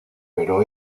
pero